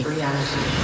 Reality